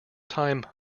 time